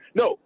no